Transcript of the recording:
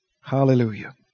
Hallelujah